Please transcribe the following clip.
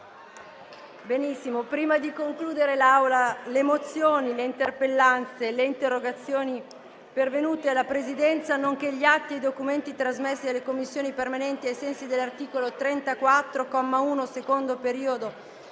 una nuova finestra"). Le mozioni, le interpellanze e le interrogazioni pervenute alla Presidenza, nonché gli atti e i documenti trasmessi alle Commissioni permanenti ai sensi dell'articolo 34, comma 1, secondo periodo,